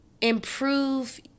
improve